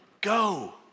Go